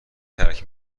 ترک